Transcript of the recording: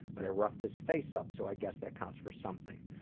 but i roughed his face up, so i guess that counts for something.